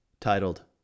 titled